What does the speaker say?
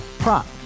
Prop